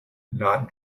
not